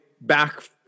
back